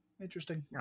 interesting